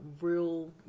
real